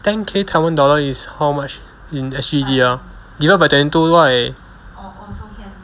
ten K taiwan dollar is how much in S_G_D ah divide by twenty two right